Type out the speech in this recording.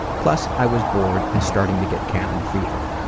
plus i was bored and starting to get cabin fever.